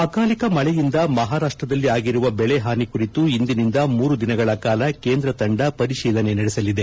ಅಕಾಲಿಕ ಮಳೆಯಿಂದ ಮಹಾರಾಷ್ಟ್ ದಲ್ಲಿ ಆಗಿರುವ ಬೆಳೆ ಹಾನಿ ಕುರಿತು ಇಂದಿನಿಂದ ಮೂರು ದಿನಗಳ ಕಾಲ ಕೇಂದ್ರ ತಂಡ ಪರಿಶೀಲನೆ ನಡೆಸಲಿದೆ